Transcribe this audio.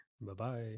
Bye-bye